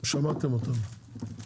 שמעתם אותם.